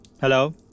Hello